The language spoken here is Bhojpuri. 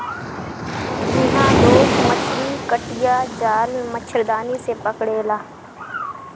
इहां लोग मछरी कटिया, जाल, मछरदानी से पकड़ेला